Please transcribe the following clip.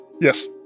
Yes